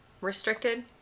restricted